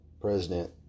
president